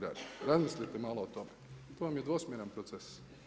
Razmislite malo o tome, to vam je dvosmjeran proces.